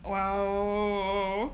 !wow!